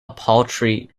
paltry